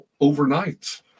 overnight